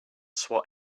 swat